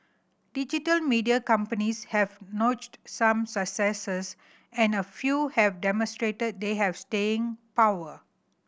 digital media companies have notched some successes and a few have demonstrated they have staying power